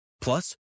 Plus